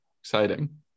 exciting